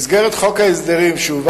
משרדך מפקח על שימוש המדגרות במתקנים להמתה